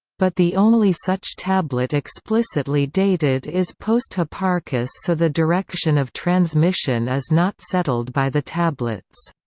but the only such tablet explicitly dated is post-hipparchus so the direction of transmission is not settled by the tablets.